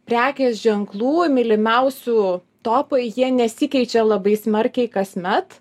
prekės ženklų mylimiausių topai jie nesikeičia labai smarkiai kasmet